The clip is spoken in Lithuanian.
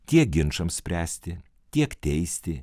tiek ginčams spręsti tiek teisti